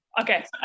okay